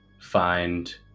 find